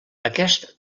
aquest